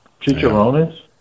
Chicharrones